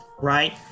right